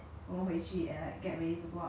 but that time 你有带游泳衣服 meh